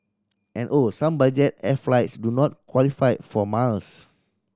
and oh some budget air flights do not qualify for miles